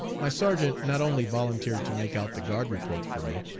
my sergeant not only volunteered to make out the guard report for me,